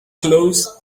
close